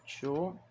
sure